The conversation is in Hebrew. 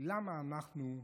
למה אנחנו,